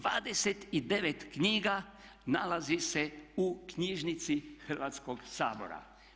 29 knjiga nalazi se u knjižnici Hrvatskog sabora.